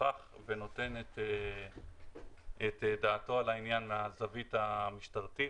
נוכח ונותן את דעתו על העניין מהזווית המשטרתית.